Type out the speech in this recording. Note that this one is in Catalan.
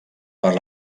per